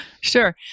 Sure